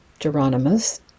Geronimus